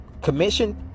commission